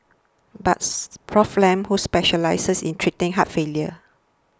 buts Prof Lam who specialises in treating heart failure